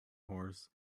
horse